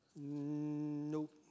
Nope